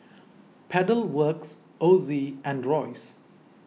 Pedal Works Ozi and Royce